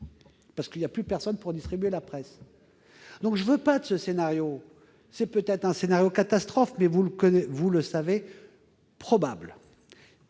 car il n'y aura plus personne pour distribuer la presse. Je ne veux pas de ce scénario. C'est peut-être un scénario catastrophe, mais, vous le savez, mes